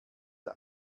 der